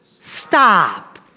stop